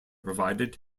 provided